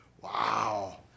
Wow